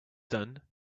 done